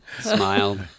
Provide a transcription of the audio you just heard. smiled